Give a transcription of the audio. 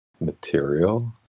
material